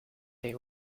they